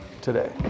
today